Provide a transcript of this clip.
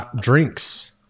Drinks